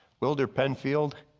wilber penfield,